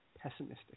Pessimistic